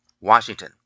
washington